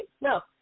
No